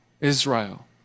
Israel